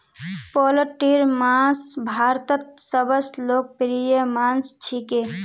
पोल्ट्रीर मांस भारतत सबस लोकप्रिय मांस छिके